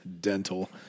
dental